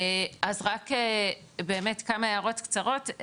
אז רק באמת, כמה הערות קצרות.